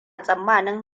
tsammanin